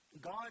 God